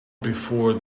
before